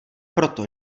proto